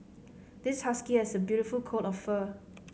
this husky has a beautiful coat of fur